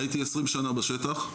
הייתי עשרים שנה בשטח,